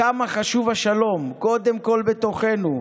כמה חשוב השלום קודם כול בתוכנו,